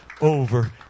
over